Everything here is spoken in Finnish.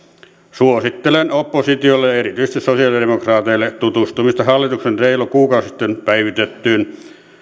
suosittelen oppositiolle ja erityisesti sosialidemokraateille tutustumista hallituksen reilu kuukausi sitten päivitettyyn